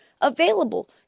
available